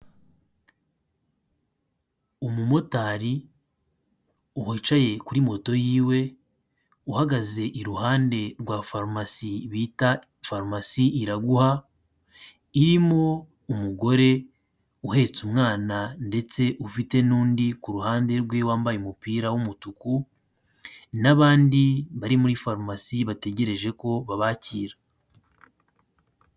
Umumotari wicaye kuri moto yiwe, uhagaze iruhande rwa farumasi bita farumasi Iraguha, irimo umugore uhetse umwana ndetse ufite n'undi ku ruhande rwe, wambaye umupira w'umutuku n'abandi bari muri farumasi bategereje ko babakira.